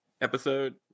episode